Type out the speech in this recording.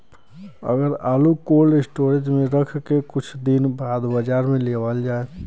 अगर आलू cold storage में रख के कुछ दिन बाद बाजार में लियावल जा?